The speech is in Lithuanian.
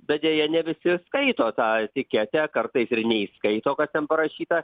bet deja ne visi skaito tą etiketę kartais ir neįskaito kas ten parašyta